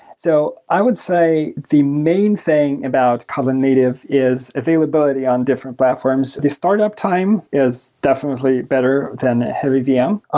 so i would say the main thing about kotlin native is availability on different platforms. the startup time is definitely better than a heavy vm.